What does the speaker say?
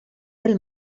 del